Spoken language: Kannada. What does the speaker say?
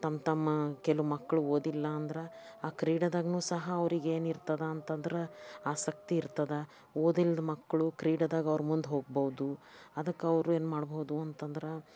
ತಮ್ಮ ತಮ್ಮ ಕೆಲು ಮಕ್ಳು ಓದಿಲ್ಲಾಂದ್ರೆ ಆ ಕ್ರೀಡಾದಾಗ್ನೂ ಸಹ ಅವ್ರಿಗೆ ಏನಿರ್ತದೆ ಅಂತಂದ್ರೆ ಆಸಕ್ತಿ ಇರ್ತದೆ ಓದಿಲ್ದ ಮಕ್ಕಳು ಕ್ರೀಡೆದಾಗ ಅವ್ರ ಮುಂದೆ ಹೋಗ್ಬಹುದು ಅದಕ್ಕೆ ಅವರು ಏನು ಮಾಡಬಹುದು ಅಂತಂದ್ರೆ